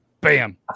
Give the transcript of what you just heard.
Bam